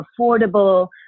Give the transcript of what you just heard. affordable